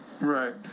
Right